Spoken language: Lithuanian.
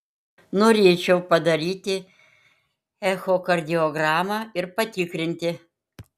norėčiau padaryti echokardiogramą ir patikrinti